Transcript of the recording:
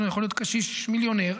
יכול להיות קשיש מיליונר,